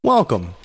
Welcome